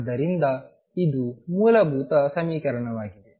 ಆದ್ದರಿಂದ ಇದು ಮೂಲಭೂತ ಸಮೀಕರಣವಾಗಿದೆ